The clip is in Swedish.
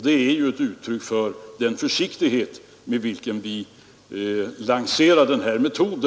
Det är ett uttryck för den försiktighet med vilken vi lanserar denna metod.